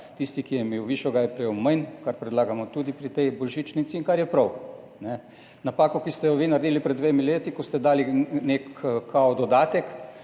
tisti, ki je imel višjo, ga je prejel manj, kar predlagamo tudi pri tej božičnici in kar je prav. Napako, ki ste jo vi naredili pred dvema letoma, ko ste dali nek kao dodatek